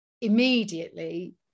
immediately